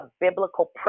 biblical